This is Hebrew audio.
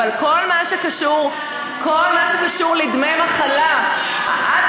אבל בכל מה שקשור לדמי מחלה ------ את,